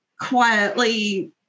quietly